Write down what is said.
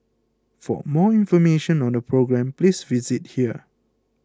for more information on the programme please visit here